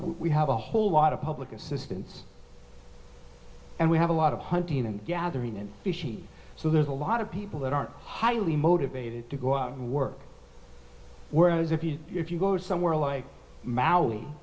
we have a whole lot of public assistance and we have a lot of hunting and gathering and fishing so there's a lot of people that aren't highly motivated to go out and work whereas if you if you go somewhere like m